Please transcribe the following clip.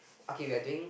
okay we are doing